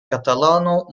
catalano